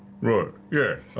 right, yeah,